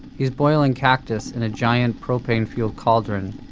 he's boiling cactus in a giant propane-fueled cauldron,